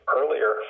earlier